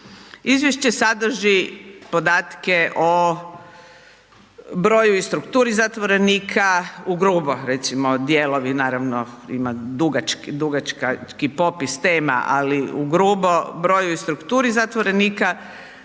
Izvješće sadrži podatke o broju i strukturi zatvorenika, ugrubo recimo, dijelovi naravno ima dugački popis tema ali u ugrubo u broju i strukturi zatvorenika,